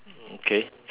okay